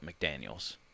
McDaniels